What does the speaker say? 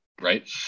right